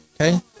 Okay